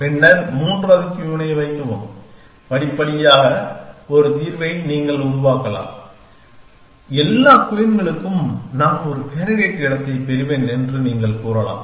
பின்னர் மூன்றாவது குயின் ஐ வைக்கவும் படிப்படியாக ஒரு தீர்வை நீங்கள் உருவாக்கலாம் எல்லா குயின்களுக்கும் நான் ஒரு கேண்டிடேட் இடத்தைப் பெறுவேன் என்று நீங்கள் கூறலாம்